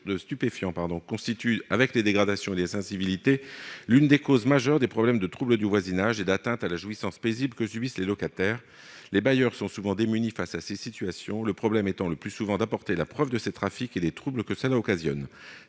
constitue, avec les dégradations et les incivilités, l'une des causes majeures des problèmes de troubles de voisinage et d'atteinte à la jouissance paisible que subissent les locataires. Les bailleurs sont souvent démunis face à ces situations, le problème étant le plus souvent d'apporter la preuve de ces trafics et des troubles que cela occasionne.